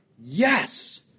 yes